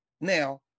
Now